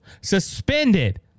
suspended